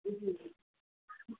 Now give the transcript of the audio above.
जी जी